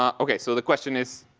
um okay. so the question is,